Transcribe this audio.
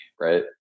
right